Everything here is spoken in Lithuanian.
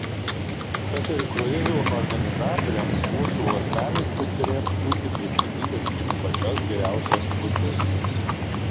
tad ir kruizų organizatoriams mūsų uostamiestis turėtų būti pristatytas iš pačios geriausios pusės